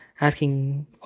asking